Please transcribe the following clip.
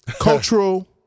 cultural